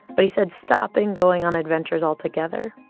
but he said stopping going on adventures altogether.